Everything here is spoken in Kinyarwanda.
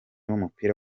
w’umupira